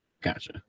Gotcha